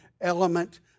element